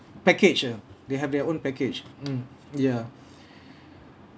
package ah they have their own package mm ya